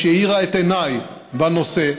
שהאירה את עיניי בנושא,